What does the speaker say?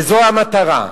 וזו המטרה.